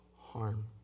Harm